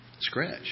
Scratch